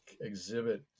exhibit